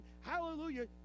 Hallelujah